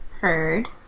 heard